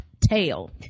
tail